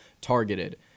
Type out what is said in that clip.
targeted